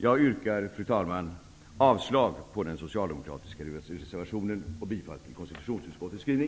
Jag yrkar, fru talman, avslag på den socialdemokratiska reservationen och bifall till konstitutionsutskottets skrivning.